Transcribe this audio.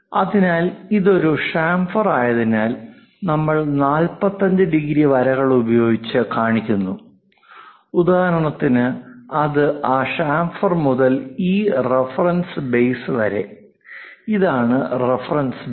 അതിനാൽ ഇത് ഒരു ചാംഫെർ ആയതിനാൽ നമ്മൾ 45 ഡിഗ്രി വരകൾ ഉപയോഗിച്ച് കാണിക്കുന്നു ഉദാഹരണത്തിന് അത് ആ ചേംഫർ മുതൽ ഈ റഫറൻസ് ബേസ് വരെ ഇതാണ് റഫറൻസ് ബേസ്